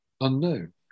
unknown